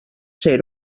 ser